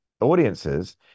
audiences